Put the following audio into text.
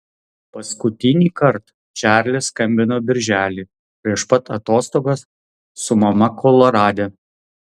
paskutinįkart čarlis skambino birželį prieš pat atostogas su mama kolorade